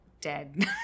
dead